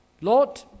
lord